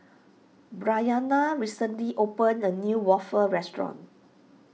Bryanna recently opened a new Waffle restaurant